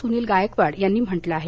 सुनील गायकवाड यांनी म्हटलं आहे